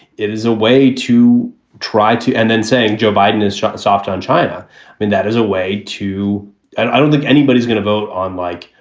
it is a way to try to and then saying joe biden is soft on china. i mean, that is a way to i don't think anybody's going to vote on like,